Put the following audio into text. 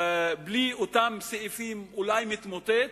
בלי אותם סעיפים, אולי ממש מתמוטט,